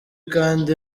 kandi